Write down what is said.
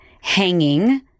hanging